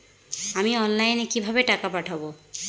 আমি অনলাইনে কিভাবে টাকা পাঠাব?